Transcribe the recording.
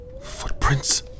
footprints